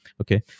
Okay